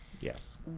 Yes